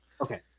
Okay